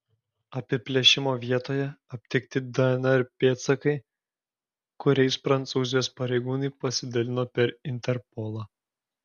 apiplėšimo vietoje aptikti dnr pėdsakai kuriais prancūzijos pareigūnai pasidalino per interpolą